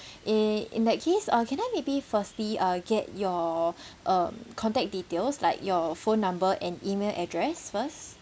in in that case uh can I maybe firstly uh get your um contact details like your phone number and email address first